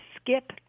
skip